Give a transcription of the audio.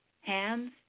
Hands